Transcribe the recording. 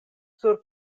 sur